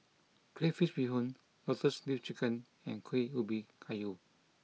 Crayfish Beehoon Lotus Leaf Chicken and Kuih Ubi Kayu